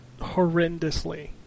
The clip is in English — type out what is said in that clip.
horrendously